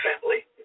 family